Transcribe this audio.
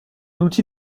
outil